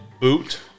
boot